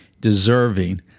deserving